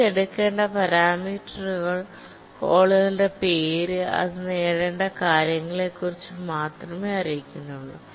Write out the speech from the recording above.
ഇത് എടുക്കേണ്ട പാരാമീറ്ററുകൾ കോളുകളുടെ പേര് അത് നേടേണ്ട കാര്യങ്ങളെക്കുറിച്ച് മാത്രമേ ഇത് അറിയിക്കുകയുള്ളൂ